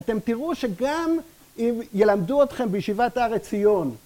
אתם תראו שגם אם ילמדו אתכם בישיבת הר עציון